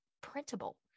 printable